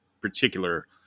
particular